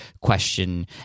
question